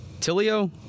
Tilio